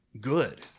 good